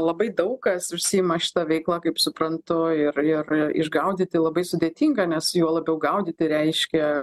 labai daug kas užsiima šita veikla kaip suprantu ir ir išgaudyti labai sudėtinga nes juo labiau gaudyti reiškia